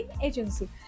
Agency